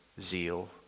zeal